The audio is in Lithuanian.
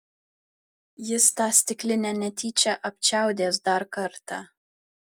jis tą stiklinę netyčia apčiaudės dar kartą